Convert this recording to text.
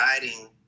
guiding